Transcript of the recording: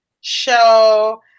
show